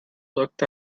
looked